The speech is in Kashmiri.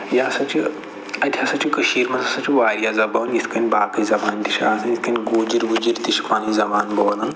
یہِ ہَسا چھِ اَتہِ ہَسا چھِ کٔشیٖرِ مَنٛز ہَسا چھِ واریاہ زبٲنۍ یِتھ کٔنۍ باقٕے زبانہِ تہِ چھِ آسان یِتھ کٔنۍ گوٗجِر ووٗجِر تہِ چھِ پَنٕنۍ زبان بولان